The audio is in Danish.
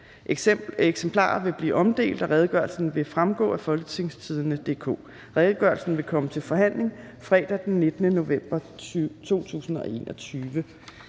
Eksemplarer vil blive omdelt, og redegørelsen vil fremgå af folketingstidende.dk. Redegørelsen vil komme til forhandling fredag den 19. november 2021.